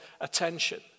attention